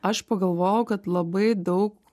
aš pagalvojau kad labai daug